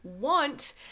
want